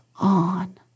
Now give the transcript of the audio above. on